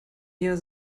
ihr